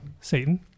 Satan